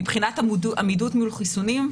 מבחינת עמידות מול חיסונים,